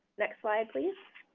next slide please.